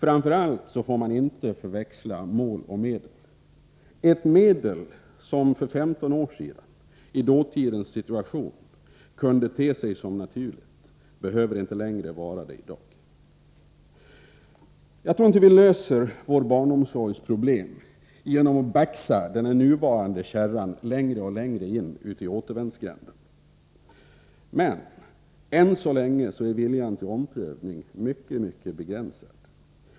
Framför allt får man inte förväxla mål och medel. Ett medel som för 15 år sedan i dåtidens situation kunde te sig naturligt, behöver i dag inte längre vara det. Jag tror inte att vi löser våra barnomsorgsproblem genom att baxa den nuvarande kärran längre och längre in i återvändsgränden. Än så länge är viljan till omprövning mycket begränsad.